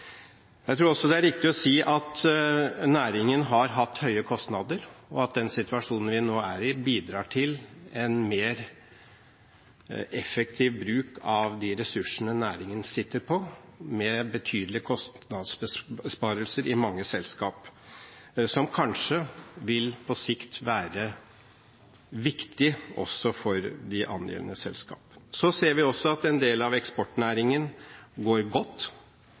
Jeg tror også det er riktig å si at næringen har hatt høye kostnader, og at den situasjonen vi nå er i, bidrar til en mer effektiv bruk av de ressursene næringen sitter på, med betydelige kostnadsbesparelser i mange selskap, som kanskje på sikt vil være viktig også for de angjeldende selskapene. Vi ser også at en del av eksportnæringen går godt.